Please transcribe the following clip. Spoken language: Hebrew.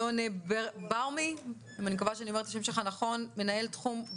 לא בגלל הצוותים,